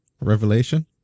revelation